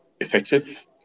effective